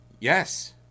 Yes